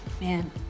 man